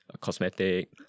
cosmetic